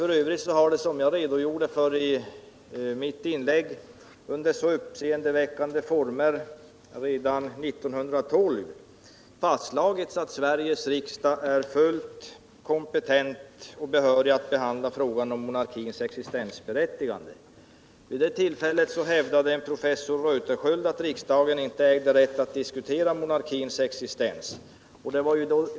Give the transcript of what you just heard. F. ö. har det, som jag redogjorde för i mitt inlägg, under uppseendeväckande former redan 1912 fastslagits att Sveriges riksdag är fullt kompetent och behörig att behandla frågan om monarkins existensberättigande. Professor C.-A. Reuterskiöld hävdade nämligen att riksdagen inte ägde rätt att diskutera monarkins existens, men andra kammaren underkände den bedömningen.